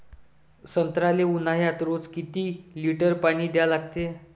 संत्र्याले ऊन्हाळ्यात रोज किती लीटर पानी द्या लागते?